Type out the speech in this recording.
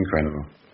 incredible